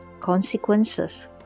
consequences